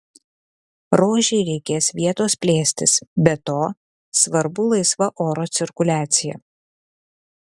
rožei reikės vietos plėstis be to svarbu laisva oro cirkuliacija